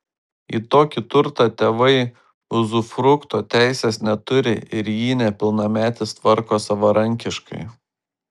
į tokį turtą tėvai uzufrukto teisės neturi ir jį nepilnametis tvarko savarankiškai